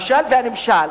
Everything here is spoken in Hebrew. המשל והנמשל,